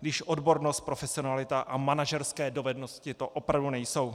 když odbornost, profesionalita a manažerské dovednosti to opravdu nejsou?